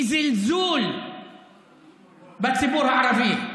היא זלזול בציבור הערבי.